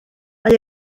mae